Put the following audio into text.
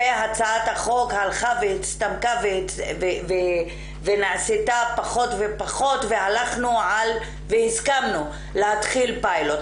והצעת החוק הלכה והצטמקה ונעשתה פחות ופחות והסכמנו להתחיל פיילוט.